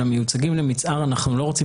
אצל המיוצגים למצער אנחנו לא רוצים